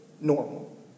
normal